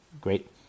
great